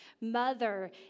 mother